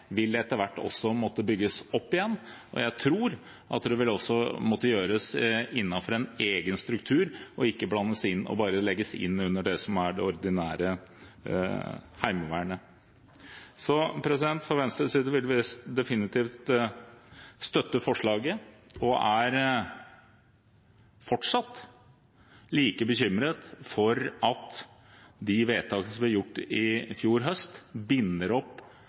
etter hvert vil måtte bygges opp igjen. Jeg tror at det vil måtte gjøres innenfor en egen struktur, og ikke bare legges inn under det ordinære Heimevernet. Fra Venstres side vil vi definitivt støtte forslaget og er fortsatt like bekymret for at vedtakene som ble gjort i fjor høst, binder opp